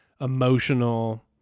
emotional